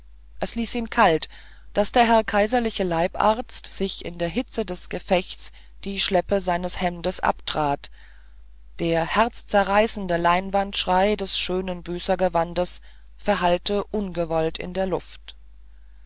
es ließ ihn kalt daß der herr kaiserliche leibarzt sich in der hitze des gefechts die schleppe seines hemdes abtrat der herzzerreißende leinwandschrei des schönen büßergewandes verhallte ungewollt in der luft